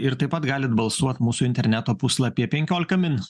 ir taip pat galit balsuot mūsų interneto puslapyje penkiolika min